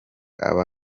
aba